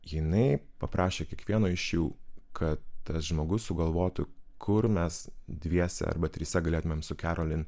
jinai paprašė kiekvieno iš jų kad tas žmogus sugalvotų kur mes dviese arba trise galėtumėm su kerolin